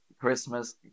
Christmas